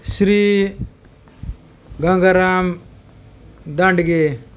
Shri Gangaram Dandge